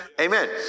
Amen